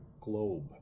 globe